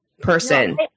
person